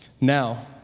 Now